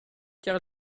car